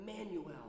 Emmanuel